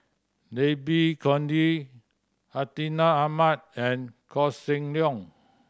Babe Conde Hartinah Ahmad and Koh Seng Leong